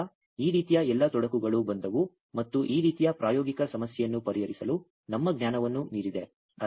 ಆದ್ದರಿಂದ ಈ ರೀತಿಯ ಎಲ್ಲಾ ತೊಡಕುಗಳು ಬಂದವು ಮತ್ತು ಈ ರೀತಿಯ ಪ್ರಾಯೋಗಿಕ ಸಮಸ್ಯೆಯನ್ನು ಪರಿಹರಿಸಲು ನಮ್ಮ ಜ್ಞಾನವನ್ನು ಮೀರಿದೆ